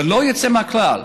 ללא יוצא מהכלל,